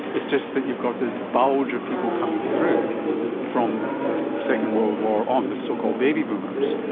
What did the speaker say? it's just that you've got this bulge of people coming through from the second world war on, the so-called baby boomers,